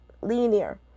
linear